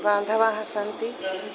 बान्धवाः सन्ति